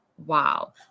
Wow